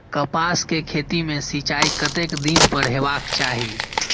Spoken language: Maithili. कपास के खेती में सिंचाई कतेक दिन पर हेबाक चाही?